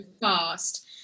fast